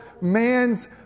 man's